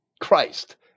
Christ